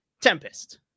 Tempest